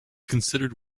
considered